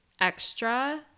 extra